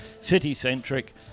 city-centric